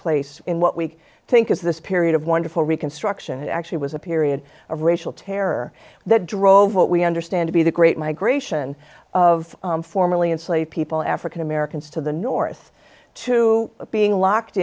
place in what we think is this period of wonderful reconstruction it actually was a period of racial terror that drove what we understand to be the great migration of formerly enslaved people african americans to the north to being locked